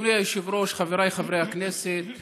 אדוני היושב-ראש, חבריי חברי הכנסת,